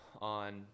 on